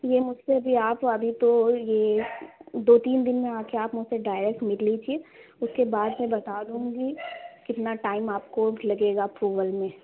یہ مجھ سے بھی آپ ابھی تو یہ دو تین دِن میں آ کے آپ مجھ سے ڈائریکٹ مل لیجیے اُس کے بعد میں بتا دوں گی کتنا ٹائم آپ کو لگے گا اپروول میں